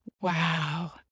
Wow